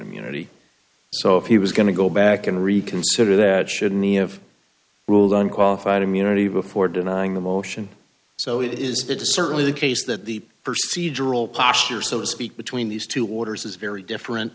immunity so if he was going to go back and reconsider that shouldn't he have ruled on qualified immunity before denying the motion so it is it is certainly the case that the proceed deral posher so to speak between these two orders is very different